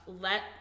let